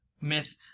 myth